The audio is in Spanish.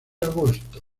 agosto